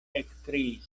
ekkriis